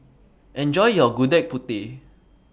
Enjoy your Gudeg Putih